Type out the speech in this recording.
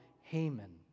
Haman